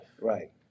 right